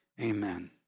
Amen